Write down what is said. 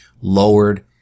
lowered